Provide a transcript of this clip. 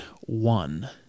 one